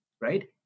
right